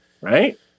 Right